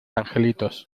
angelitos